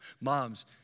moms